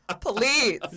Police